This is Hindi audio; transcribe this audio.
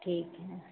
ठीक है